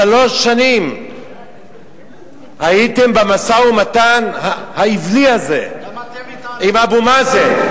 שלוש שנים הייתם במשא-ומתן האווילי הזה עם אבו מאזן.